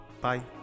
Bye